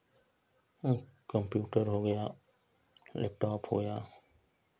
computer हो गया laptop हो या